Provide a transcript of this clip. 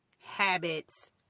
habits